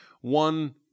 One